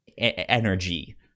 energy